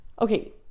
Okay